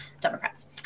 Democrats